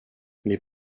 les